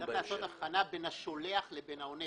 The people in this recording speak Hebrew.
צריך לעשות אבחנה בין השולח לבין העונה.